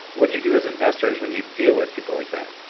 what do you do as investors when you deal with people like that?